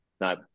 No